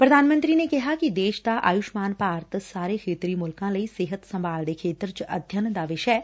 ਪ੍ਰਧਾਨ ਮੰਤਰੀ ਨੇ ਕਿਹਾ ਕਿ ਦੇਸ਼ ਦਾ ਆਯੁਸ਼ਮਾਨ ਭਾਰਤ ਸਾਰੇ ਖੇਤਰੀ ਮੁਲਕਾ ਲਈ ਸਿਹਤ ਸੰਭਾਲ ਦੇ ਖੇਤਰ ਚ ਅਧਿਆਨ ਦਾ ਵਿਸ਼ਾ ਐ